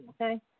okay